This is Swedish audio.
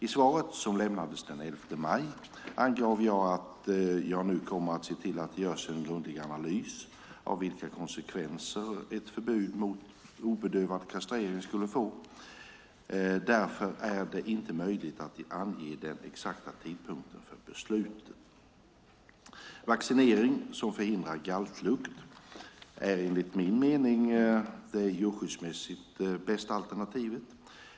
I svaret som lämnades den 11 maj angav jag att jag nu kommer att se till att det görs en grundlig analys av vilka konsekvenser ett förbud mot obedövad kastrering skulle få. Därför är det inte möjligt att ange den exakta tidpunkten för beslut. Vaccinering som förhindrar galtlukt är enligt min mening det djurskyddsmässigt bästa alternativet.